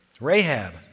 Rahab